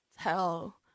tell